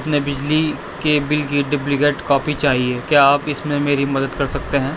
اپنے بجلی کے بل کی ڈبلیکیٹ کاپی چاہیے کیا آپ اس میں میری مدد کر سکتے ہیں